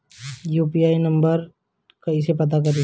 हम UPI number कइसे पता करी?